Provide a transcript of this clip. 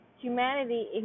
humanity